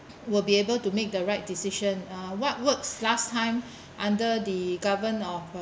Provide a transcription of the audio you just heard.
will be able to make the right decision uh what works last time under the govern of uh